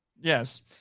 yes